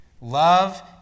Love